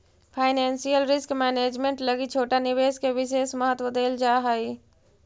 financial risk management लगी छोटा निवेश के विशेष महत्व देल जा हई